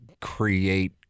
create